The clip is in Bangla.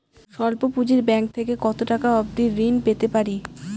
স্বল্প পুঁজির ব্যাংক থেকে কত টাকা অবধি ঋণ পেতে পারি?